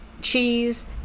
cheese